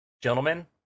Gentlemen